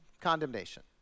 condemnation